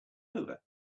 over